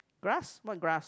glass what glass